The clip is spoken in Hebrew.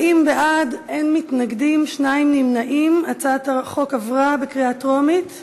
ההצעה להעביר את הצעת חוק העונשין (תיקון,